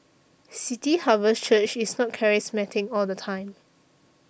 City Harvest Church is not charismatic all the time